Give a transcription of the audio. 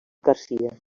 garcia